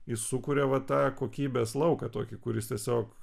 jis sukuria va tą kokybės lauką tokį kuris tiesiog